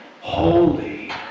Holy